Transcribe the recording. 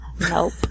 Nope